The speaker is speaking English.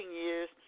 years